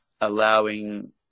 allowing